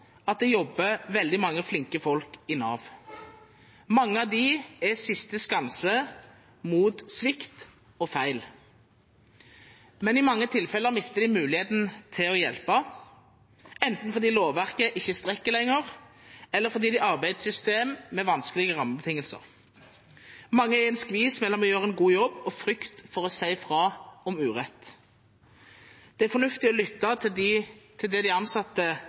at det jobber veldig mange flinke folk i Nav. Mange av dem er siste skanse mot svikt og feil. Men i mange tilfeller mister de muligheten til å hjelpe, enten fordi lovverket ikke strekker lenger, eller fordi de arbeider i et system med vanskelige rammebetingelser. Mange er i en skvis mellom det å gjøre en god jobb og frykt for å si fra om urett. Det er fornuftig å lytte til det de ansatte selv sier. Der man lytter til ansatte,